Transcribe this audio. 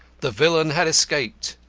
the villain had escaped,